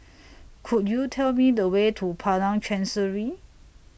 Could YOU Tell Me The Way to Padang Chancery